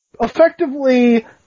effectively